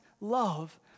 love